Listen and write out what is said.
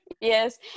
yes